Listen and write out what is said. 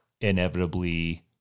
inevitably